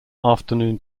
afternoon